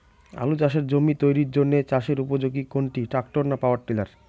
আলু চাষের জমি তৈরির জন্য চাষের উপযোগী কোনটি ট্রাক্টর না পাওয়ার টিলার?